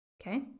okay